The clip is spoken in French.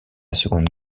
seconde